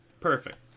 Perfect